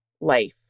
life